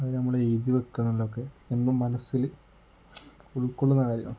അതു നമ്മൾ എഴുതി വെക്കുന്നതിലൊക്കെ എന്നും മനസ്സിൽ ഉൾക്കൊള്ളുന്ന കാര്യമാണ്